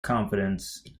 confidence